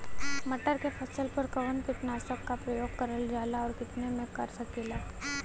मटर के फसल पर कवन कीटनाशक क प्रयोग करल जाला और कितना में कर सकीला?